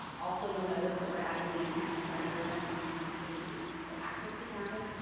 also you'll notice that we're adding the enhanced perimeter fencing to promote safety and controlled access to campus,